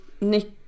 Nick